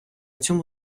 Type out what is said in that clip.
цьому